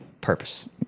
purpose